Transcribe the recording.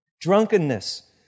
drunkenness